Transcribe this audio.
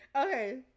Okay